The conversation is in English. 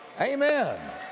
amen